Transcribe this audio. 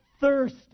thirst